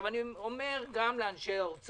אני מודיע מכאן גם לאנשי האוצר